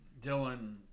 Dylan